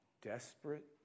desperate